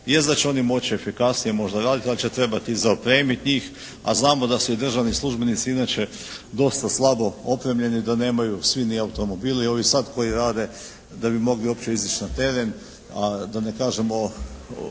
Jest da će oni moći efikasnije možda raditi, da će trebati i za opremiti ih, a znamo da su državni službenici inače dosta slabo opremljeni i da nemaju svi ni automobile. I ovi sad koji rade da bi mogli uopće izići na teren a da ne kažemo